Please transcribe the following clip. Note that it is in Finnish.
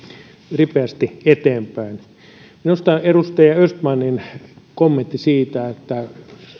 ripeästi eteenpäin edustaja östmanin kommenttiin siitä että